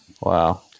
Wow